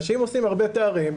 אנשים עושים הרבה תארים,